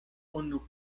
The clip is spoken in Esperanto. unu